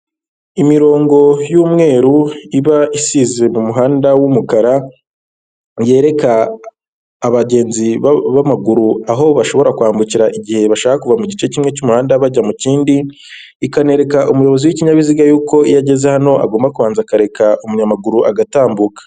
Imirongo y'umweru iba isize mu muhanda w'umukara yereka abagenzi b'amaguru aho bashobora kwambukira igihe bashaka kuva mu gice kimwe cy'umuhanda bajya mu kindi, ikanereka umuyobozi w'ikinyabiziga yuko iyo ageze hano agombabanza akareka umunyamaguru agatambuka.